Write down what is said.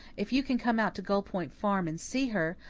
if you can come out to gull point farm and see her,